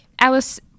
Alice